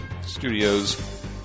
Studios